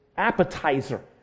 appetizer